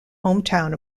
hometown